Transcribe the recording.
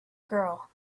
girl